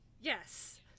Yes